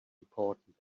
important